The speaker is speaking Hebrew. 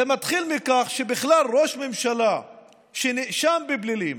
זה בכלל מתחיל מכך שראש ממשלה שנאשם בפלילים